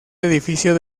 edificio